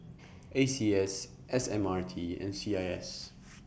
A C S S M R T and C I S